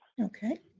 Okay